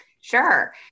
Sure